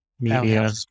media